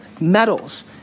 medals